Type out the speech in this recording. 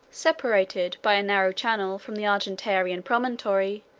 separated by a narrow channel from the argentarian promontory,